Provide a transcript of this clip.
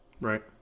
Right